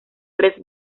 tres